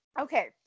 okay